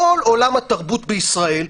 כל עולם התרבות בישראל,